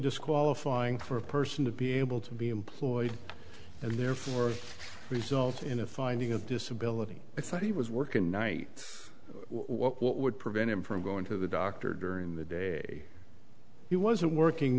disqualifying for a person to be able to be employed and therefore result in a finding of disability i thought he was working nights what would prevent him from going to the doctor during the day he wasn't working